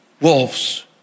wolves